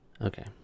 Okay